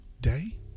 day